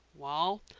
wall,